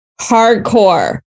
hardcore